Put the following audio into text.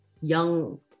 young